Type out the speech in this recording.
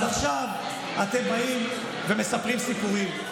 אז עכשיו אתם באים ומספרים סיפורים.